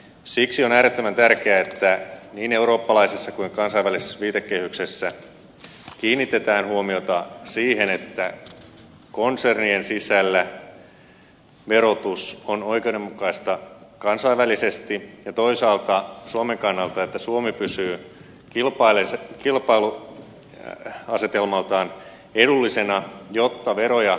siksi on äärettömän tärkeää että niin eurooppalaisessa kuin kansainvälisessä viitekehyksessä kiinnitetään huo miota siihen että konsernien sisällä verotus on oikeudenmukaista kansainvälisesti ja toisaalta suomen kannalta että suomi pysyy kilpailuasetelmaltaan edullisena jotta veroja